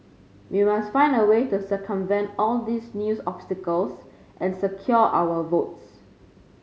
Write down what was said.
we must find a way to circumvent all these news obstacles and secure our votes